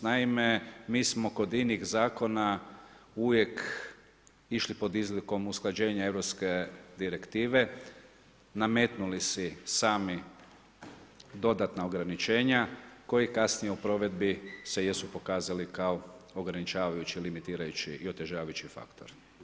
Naime, mi smo kod inih zakona uvijek išli pod izlikom usklađenja europske direktive, nametnuli si sami dodatna ograničenja koji kasnije u provedbi se jesu pokazali kao ograničavajući, limitirajući i otežavajući faktor.